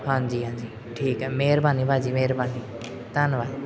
ਹਾਂਜੀ ਹਾਂਜੀ ਠੀਕ ਐ ਮਿਹਰਬਾਨੀ ਭਾਜੀ ਮਿਹਰਬਾਨੀ ਧੰਨਵਾਦ